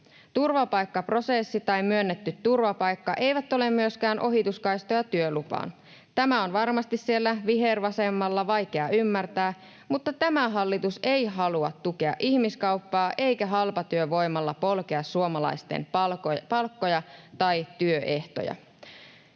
Turvapaikkaprosessi tai myönnetty turvapaikka eivät ole myöskään ohituskaistoja työlupaan. Tämä on varmasti siellä vihervasemmalla vaikea ymmärtää, mutta tämä hallitus ei halua tukea ihmiskauppaa eikä halpatyövoimalla polkea suomalaisten palkkoja tai työehtoja.